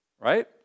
Right